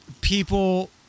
people